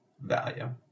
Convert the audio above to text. value